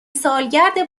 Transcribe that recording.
سالگرد